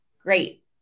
great